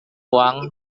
uang